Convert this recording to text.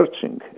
searching